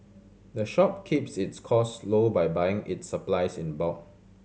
the shop keeps its cost low by buying its supplies in bulk